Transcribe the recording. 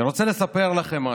אני רוצה לספר לכם משהו.